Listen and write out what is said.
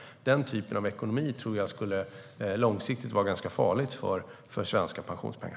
Den typen av ekonomi skulle långsiktigt vara ganska farlig för svenska pensionspengar.